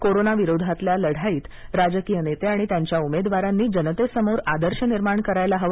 कोरोनाविरोधातल्या लढाईत राजकीय नेते आणि त्यांच्या उमेदवारांनी जनतेसमोर आदर्श निर्माण करायला हवा